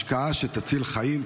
השקעה שתציל חיים.